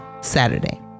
Saturday